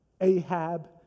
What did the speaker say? Ahab